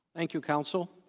thank you counsel.